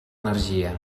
energia